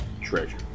treasure